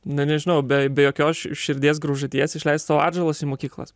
na nežinau be be jokios širdies graužaties išleist savo atžalas į mokyklas